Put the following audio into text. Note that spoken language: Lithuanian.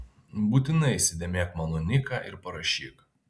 būtinai įsidėmėk mano niką ir parašyk